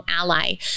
ally